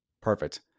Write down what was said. Perfect